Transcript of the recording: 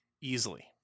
easily